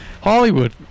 Hollywood